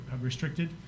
restricted